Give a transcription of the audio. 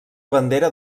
bandera